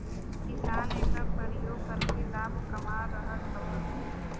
किसान एकर परियोग करके लाभ कमा रहल हउवन